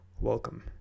Welcome